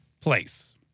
place